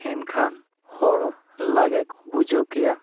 ᱮᱱᱠᱷᱟᱱ ᱦᱚᱲ ᱞᱚᱜᱚᱱ ᱠᱚ ᱵᱩᱡᱷᱟᱹᱣ ᱠᱮᱭᱟ